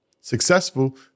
successful